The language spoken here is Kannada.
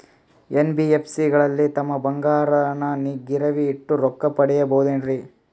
ಎನ್.ಬಿ.ಎಫ್.ಸಿ ಗಳಲ್ಲಿ ನಮ್ಮ ಬಂಗಾರನ ಗಿರಿವಿ ಇಟ್ಟು ರೊಕ್ಕ ಪಡೆಯಬಹುದೇನ್ರಿ?